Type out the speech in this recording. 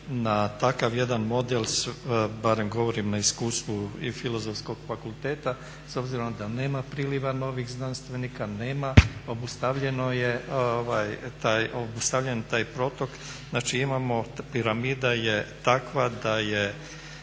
na takav jedan model, barem govorim na iskustvu i Filozofskog fakulteta, s obzirom da nema priliva novih znanstvenika, obustavljen je taj protok. Znači piramida je takva da je